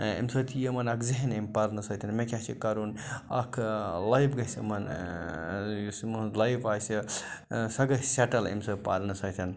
امہِ سۭتۍ یہِ یِمَن اَکھ ذہن امہِ پَرنہٕ سۭتۍ مےٚ کیٛاہ چھُ کَرُن اَکھ لایف گَژھِ یِمَن یُس یِمن ہُنٛد لایِف آسہِ سۄ گَژھِ سٮ۪ٹٕل امہِ سۭتۍ پَرنہٕ سۭتۍ